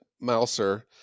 mouser